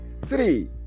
three